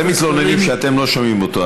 אתם מתלוננים שאתם לא שומעים אותו,